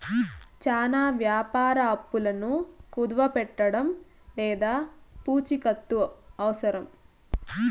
చానా వ్యాపార అప్పులను కుదవపెట్టడం లేదా పూచికత్తు అవసరం